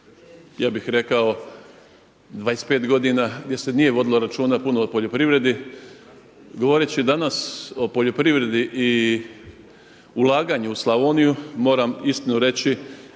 ja bih rekao 25 godina gdje se nije vodilo računa puno o poljoprivredi, govoreći danas o poljoprivredi i ulaganju u Slavoniju moram iskreno reći,